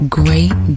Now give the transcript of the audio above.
great